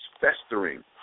festering